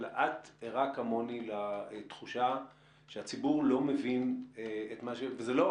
אבל את ערה כמוני לתחושה שהציבור לא מבין את זה לא,